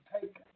take